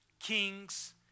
kings